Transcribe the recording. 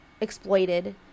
exploited